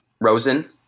Rosen